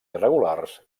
irregulars